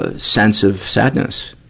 ah sense of sadness?